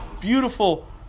beautiful